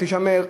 תישמר,